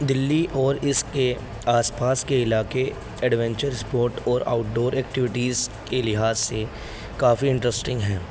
دلی اور اس کے آس پاس کے علاقے ایڈونچر اسپورٹ اور آؤٹ ڈور ایکٹیویٹیز کے لحاظ سے کافی انٹرسٹنگ ہیں